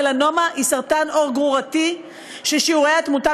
מלנומה היא סרטן עור גרורתי ששיעורי התמותה